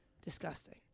disgusting